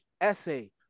essay